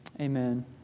Amen